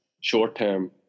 short-term